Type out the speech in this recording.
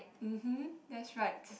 mmhmm that's right